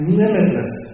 limitless